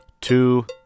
Two